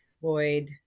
Floyd